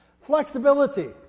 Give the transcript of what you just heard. Flexibility